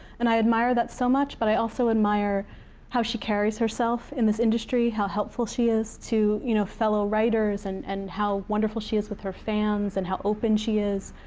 and i admire that so much. but i also admire how she carries herself in this industry, how helpful she is to you know fellow writers, and and how wonderful she is with her fans, and how open she is.